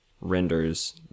renders